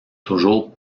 toujours